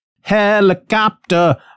Helicopter